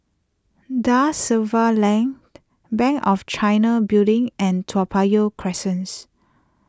Da Silva Lane Bank of China Building and Toa Payoh